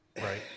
Right